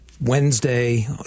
wednesday